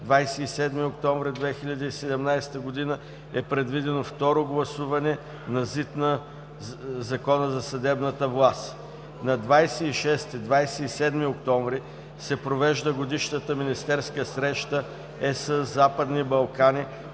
27 октомври 2017 г., е предвидено Второ гласуване на ЗИД на Закона за съдебната власт. На 26 – 27 октомври 2017 г. се провежда годишната министерска среща ЕС – Западни Балкани